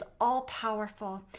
all-powerful